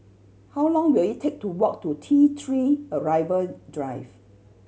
how long will it take to walk to T Three Arrival Drive